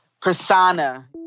persona